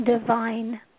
divine